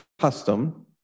custom